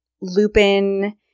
Lupin